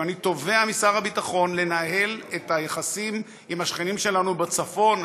ואני תובע משר הביטחון לנהל את היחסים עם השכנים שלנו בצפון,